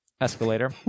Escalator